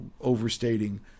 overstating